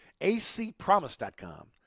acpromise.com